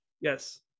yes